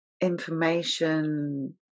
information